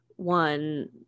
one